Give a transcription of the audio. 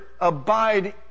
abide